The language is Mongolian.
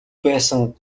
байсан